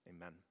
Amen